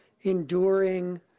enduring